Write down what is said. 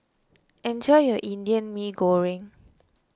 enjoy your Indian Mee Goreng